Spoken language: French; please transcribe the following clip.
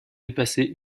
dépasser